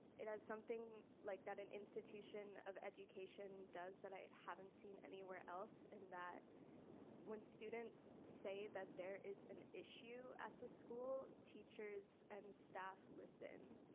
it is something like an institution of education does that i haven't seen anywhere else and that when students say that there is an issue at the school teachers and staff listen.